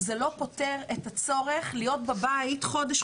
זה לא פוטר את הצורך להיות בבית חודש,